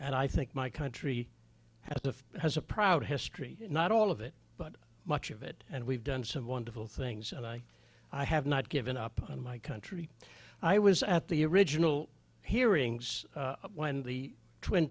and i think my country of has a proud history not all of it but much of it and we've done some wonderful things and i i have not given up on my country i was at the original hearings when the twin